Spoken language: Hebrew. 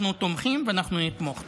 אנחנו תומכים ואנחנו נתמוך.